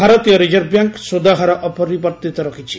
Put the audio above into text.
ଭାରତୀୟ reserve bank ସୁଧହାର ଅପରିବର୍ତ୍ତିତ ରଖିଛି